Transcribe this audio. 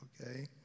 okay